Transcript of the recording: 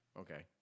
Okay